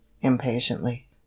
impatiently